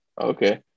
Okay